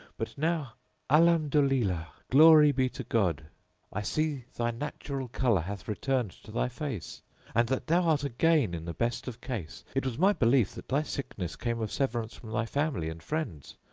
but now alham-dolillah glory be to god i see thy natural colour hath returned to thy face and that thou art again in the best of case. it was my belief that thy sickness came of severance from thy family and friends,